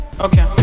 okay